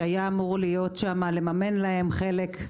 זה היה אמור להיות שם, לממן להם חלק.